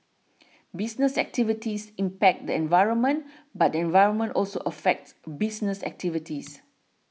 business activities impact the environment but the environment also affects business activities